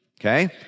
okay